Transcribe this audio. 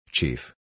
Chief